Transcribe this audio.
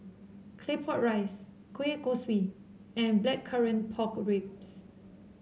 Claypot Rice Kueh Kosui and Blackcurrant Pork Ribs